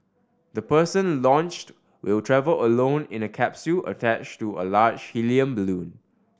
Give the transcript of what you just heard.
the person launched will travel alone in a capsule attached to a large helium balloon